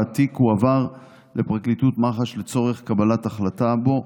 והתיק הועבר לפרקליטות מח"ש לצורך קבלת החלטה בו.